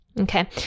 Okay